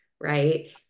right